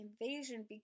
invasion